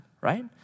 right